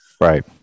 Right